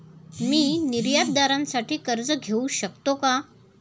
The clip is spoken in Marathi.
मी निर्यातदारासाठी कर्ज घेऊ शकतो का?